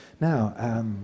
now